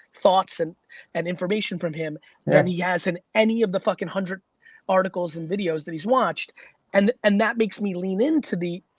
thoughts and and information from him than he has in any of the fuckin' hundred articles and videos that he's watched and and that makes me lean into the